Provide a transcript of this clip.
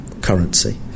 currency